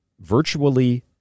virtually